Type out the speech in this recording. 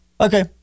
okay